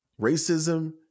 racism